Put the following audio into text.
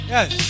Yes